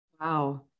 Wow